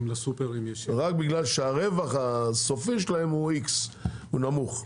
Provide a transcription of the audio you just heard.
רק בגלל שהרווח הסופי שלהם הוא X, הוא נמוך.